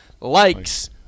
likes